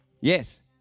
Yes